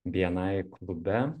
bni klube